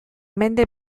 mende